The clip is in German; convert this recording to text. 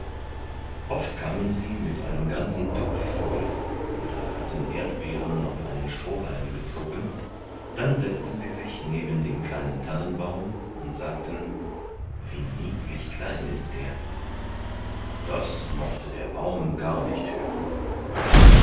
oft kamen sie mit einem ganzen topf voll oder hatten erdbeeren auf einen strohhalm gezogen dann setzten sie sich neben den kleinen tannenbaum und sagten wie niedlich klein ist der das mochte der baum gar nicht hören